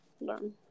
learn